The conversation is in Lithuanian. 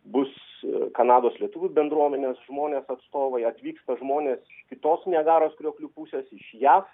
bus kanados lietuvių bendruomenės žmonės atstovai atvyksta žmonės kitos niagaros krioklių pusės iš jav